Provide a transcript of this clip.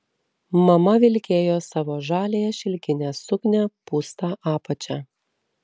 mama vilkėjo savo žaliąją šilkinę suknią pūsta apačia